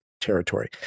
territory